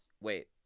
Wait